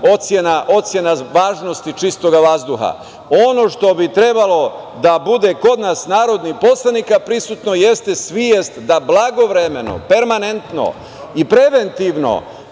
ocena važnosti čistog vazduha. Ono što bi trebalo da bude kod nas narodnih poslanike prisutno jeste svetst da blagovremeno, permanentno i preventivno